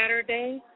Saturday